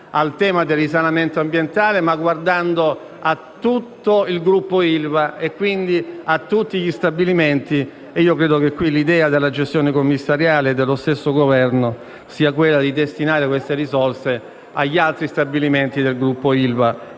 al tema del risanamento ambientale, ma guardando a tutto il gruppo ILVA e, quindi, a tutti gli stabilimenti. Credo che l'idea della gestione commissariale e dello stesso Governo sia quella di destinare queste risorse agli altri stabilimenti del gruppo ILVA